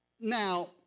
Now